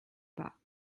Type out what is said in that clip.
pas